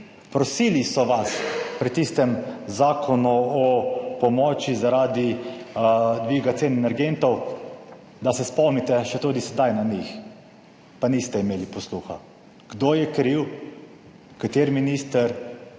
prosili so vas pri tistem Zakonu o pomoči zaradi dviga cen energentov, da se spomnite še tudi sedaj na njih, pa niste imeli posluha. Kdo je kriv, kateri minister,